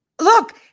Look